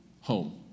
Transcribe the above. home